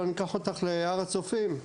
"בואי ניקח אותך להר הצופים,